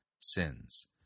sins